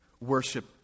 Worship